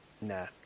nah